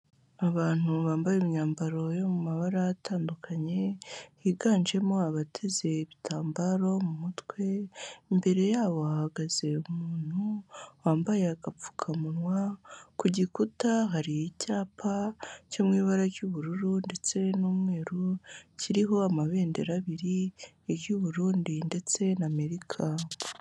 Abantu bambaye imyambaro yo mu mabara atandukanye, higanjemo abateze ibitambaro mu mutwe, imbere yabo hahagaze umuntu wambaye agapfukamunwa, ku gikuta hari icyapa cyo mu ibara ry'ubururu ndetse n'umweru, kiriho amabendera abiri, iry'Uburundi ndetse n'Amerika.